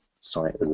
site